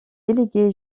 délégué